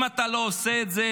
אם אתה לא עושה את זה,